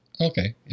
Okay